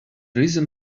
reason